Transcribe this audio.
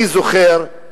אני זוכר,